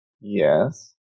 Yes